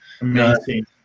Amazing